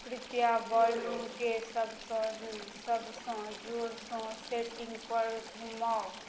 कृपया वॉल्यूमके सबसँ सबसँ जोरसँ सेटिंग पर घुमाउ